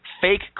fake